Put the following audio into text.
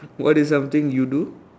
what is something you do